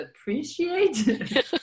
appreciate